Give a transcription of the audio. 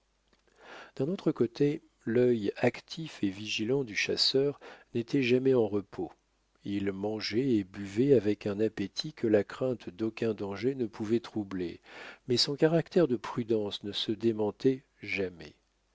d'un autre côté l'œil actif et vigilant du chasseur n'était jamais en repos il mangeait et buvait avec un appétit que la crainte d'aucun danger ne pouvait troubler mais son caractère de prudence ne se démentait jamais